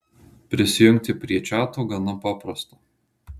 prisijungti prie čiato gana paprasta